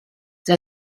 tra